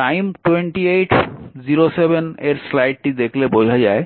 time 2807 এর স্লাইডটি দেখলে বোঝা যায়